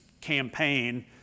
campaign